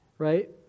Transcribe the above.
Right